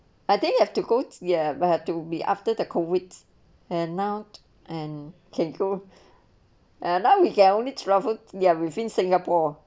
I think you have two go ya but had to be after the COVID and now and can go ah now we can only travel ya within singapore